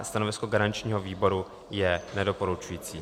Stanovisko garančního výboru je nedoporučující.